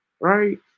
Right